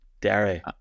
Derry